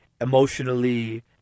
Emotionally